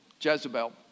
Jezebel